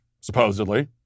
supposedly